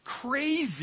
crazy